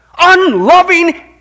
unloving